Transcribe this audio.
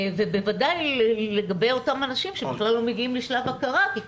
ובוודאי לגבי אותם אנשים שבכלל לא מגיעים לשלב הכרה כי,